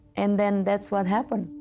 and then that's what happened.